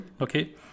okay